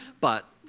but